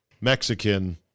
Mexican